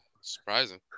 surprising